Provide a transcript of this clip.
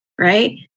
right